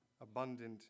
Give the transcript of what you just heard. abundant